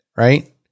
Right